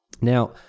Now